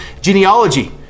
genealogy